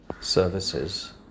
services